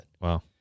Wow